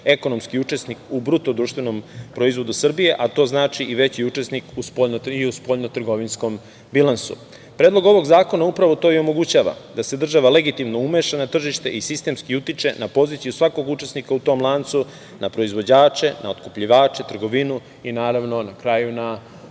ekonomski učesnik u BDP Srbije, a to znači i veći učesnik i u spoljno-trgovinskom bilansu. Predlog ovog zakona upravo to i omogućava, da se država legitimno umeša na tržište i sistemski utiče na poziciju svakog učesnika u tom lancu, na proizvođače, na otkupljivače, trgovinu i naravno na kraju na